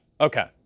okay